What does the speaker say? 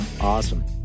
Awesome